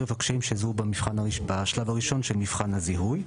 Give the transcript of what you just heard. מבחן הזיהוי.